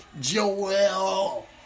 Joel